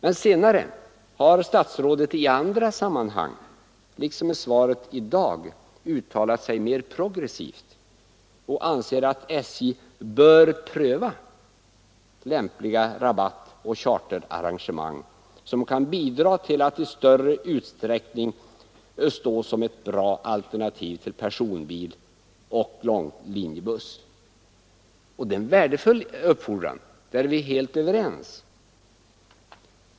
Men sedan har kommunikationsministern i andra sammanhang, liksom i svaret i dag, uttalat sig mer progressivt och anser att SJ bör pröva lämpliga rabattoch charterarrangemang som bra alternativ till personbil och långlinjebuss. Det är en värdefull uppfordran. Där är vi helt överens.